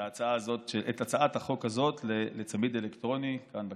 הצעת החוק לצמיד אלקטרוני כאן בכנסת.